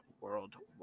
worldwide